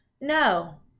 No